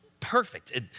Perfect